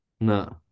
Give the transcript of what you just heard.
No